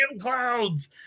Clouds